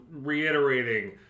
reiterating